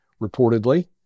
reportedly